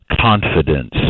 confidence